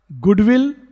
Goodwill